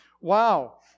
wow